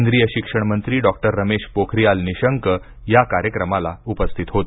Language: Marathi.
केंद्रीय शिक्षण मंत्री डॉक्टर रमेश पोखरियाल निशंक या कार्यक्रमाला उपस्थित होते